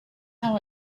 how